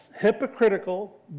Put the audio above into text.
hypocritical